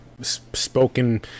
spoken